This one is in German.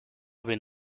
bin